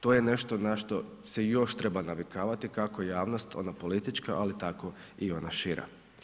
To je nešto na što se još treba navikavati, kako javnost ona politička, ali tako i ona šira.